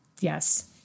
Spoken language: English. Yes